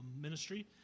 ministry